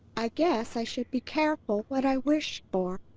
i guess i should be careful what i wish for.